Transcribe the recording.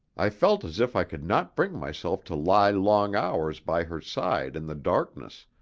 i felt as if i could not bring myself to lie long hours by her side in the darkness,